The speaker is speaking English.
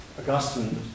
Augustine